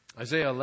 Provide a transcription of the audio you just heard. Isaiah